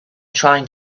trying